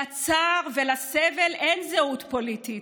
לצער ולסבל אין זהות פוליטית,